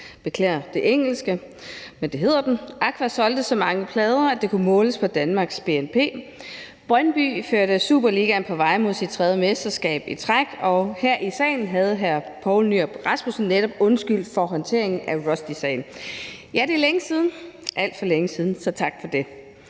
beklager det engelske, men det hedder den – Aqua solgte så mange plader, at det kunne måles på Danmarks bnp, Brøndby førte Superligaen på vej mod sit tredje mesterskab i træk, og her i salen havde hr. Poul Nyrup Rasmussen netop undskyldt for håndteringen af Rushdiesagen. Ja, det er længe siden, alt for længe siden, så tak for det.